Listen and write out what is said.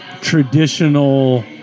traditional